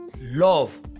love